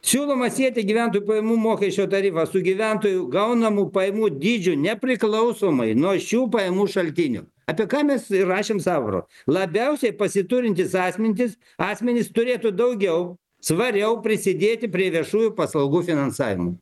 siūloma sieti gyventojų pajamų mokesčio tarifą su gyventojų gaunamų pajamų dydžiu nepriklausomai nuo šių pajamų šaltinių apie ką mes ir rašėm savro labiausiai pasiturintys asmentys asmenys turėtų daugiau svariau prisidėti prie viešųjų paslaugų finansavimo